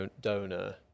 donor